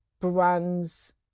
brands